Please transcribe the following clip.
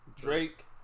Drake